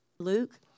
Luke